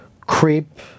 creep